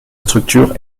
structure